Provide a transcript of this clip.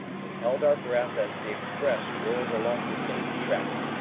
we held our breath as the express roared along the same track.